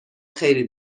خیلی